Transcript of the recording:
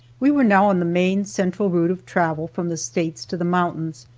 we were now on the main central route of travel from the states to the mountains,